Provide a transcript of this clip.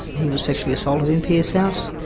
he was sexually assaulted in pearce house,